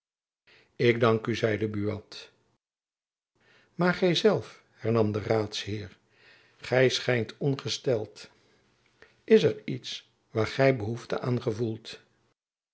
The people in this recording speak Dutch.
ik dank u zeide buat maar gy zelf hernam de raadsheer gy schijnt ongesteld is er iets waar gy behoefte aan gevoelt